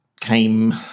came